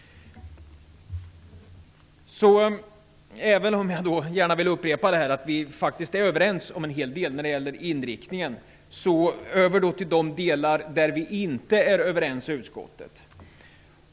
Jag vill gärna upprepa att vi är överens om en hel del när det gäller inriktningen och skall nu gå över till de delar där vi inte är överens i utskottet.